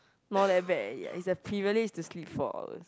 not that bad already it's a privilege to sleep four hours